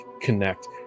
connect